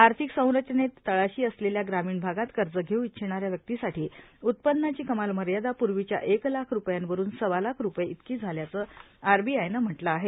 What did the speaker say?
आर्थिक संरचनेत तळाशी असलेल्या ग्रामीण भा ात कर्ज घेऊ इच्छिणाऱ्या व्यक्तीसाठी उत्पन्नाची कमाल मर्यादा पूर्वीच्या एक लाख रुपयांवरुन सव्वा लाख रुपये इतकी झाल्याचं आरबीआयनं म्हटलं आहे